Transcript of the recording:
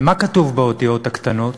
מה כתוב באותיות הקטנות?